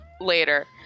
later